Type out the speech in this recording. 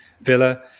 Villa